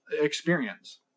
experience